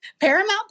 Paramount